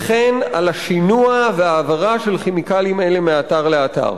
וכן על השינוע וההעברה של כימיקלים אלה מאתר לאתר.